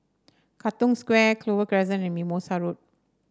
Katong Square Clover Crescent and Mimosa Road